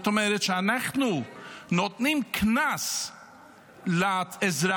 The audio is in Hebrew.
זאת אומרת, אנחנו נותנים קנס לאזרח